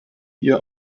ihr